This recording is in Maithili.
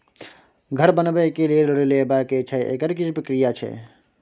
घर बनबै के लेल ऋण लेबा के छै एकर की प्रक्रिया छै?